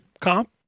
comp